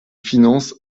finances